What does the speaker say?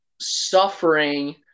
suffering